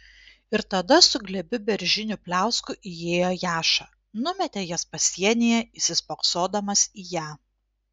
ir tada su glėbiu beržinių pliauskų įėjo jaša numetė jas pasienyje įsispoksodamas į ją